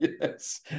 yes